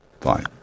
Fine